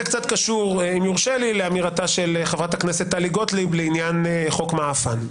זה קצת קשור לאמירתה של חברת הכנסת טלי גוטליב לעניין חוק "מעאפן".